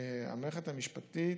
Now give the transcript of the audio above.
המערכת המשפטית,